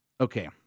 Okay